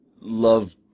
love